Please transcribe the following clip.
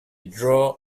draw